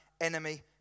enemy